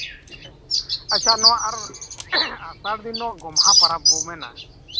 ᱦᱳᱭ ᱟᱪᱪᱷᱟ ᱱᱚᱣᱟ ᱟᱨ ᱟᱥᱟᱲ ᱫᱤᱱᱚᱜ ᱜᱚᱢᱦᱟ ᱯᱚᱨᱚᱵᱽ ᱵᱚ ᱢᱮᱱᱟ